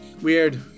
weird